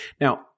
Now